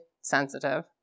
sensitive